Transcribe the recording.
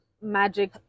magic